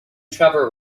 trevor